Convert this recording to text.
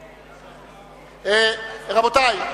רבותי,